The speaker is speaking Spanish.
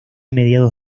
mediados